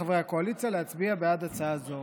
לחברי הקואליציה להצביע בעד הצעה זו.